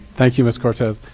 thank you, ms cortez.